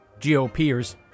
GOPers